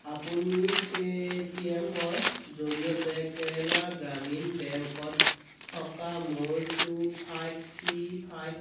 আপুনি Paytm ৰ জৰিয়তে কেৰেলা গ্ৰামীণ বেংকত থকা মোৰ টু ফাইভ থ্ৰী ফাইভ